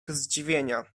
zdziwienia